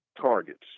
targets